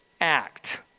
act